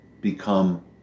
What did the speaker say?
become